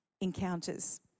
encounters